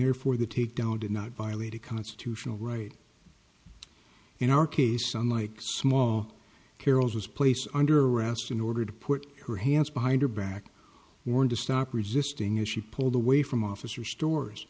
therefore the takedown did not violate a constitutional right in our case unlike small carol's was placed under arrest in order to put her hands behind her back were to stop resisting as she pulled away from officer stores